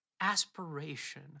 aspiration